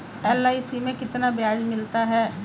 LIC में कितना ब्याज मिलता है?